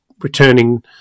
returning